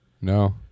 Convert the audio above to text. No